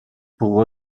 pour